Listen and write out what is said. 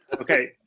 Okay